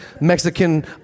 Mexican